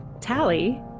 Tally